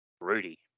Rudy